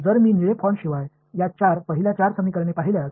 तर जर मी निळे फॉन्टशिवाय या चार पहिल्या चार समीकरणे पाहिल्यास